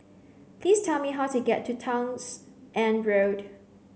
please tell me how to get to Townshend Road